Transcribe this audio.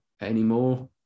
anymore